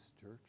church